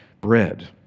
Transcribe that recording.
Bread